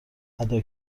ادا